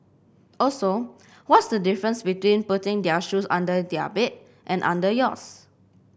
also what's the difference between putting their shoes under their bed and under yours